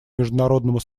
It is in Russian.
международному